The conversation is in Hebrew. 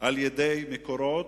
על-ידי "מקורות",